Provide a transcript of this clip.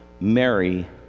Mary